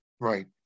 Right